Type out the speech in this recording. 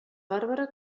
bàrbara